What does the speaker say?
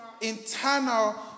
internal